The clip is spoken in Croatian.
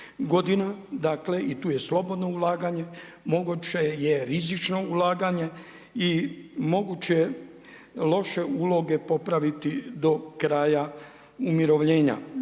godina i tu je slobodno ulaganje, moguće je i rizično ulaganje i moguće je loše uloge popraviti do kraja umirovljenja.